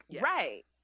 Right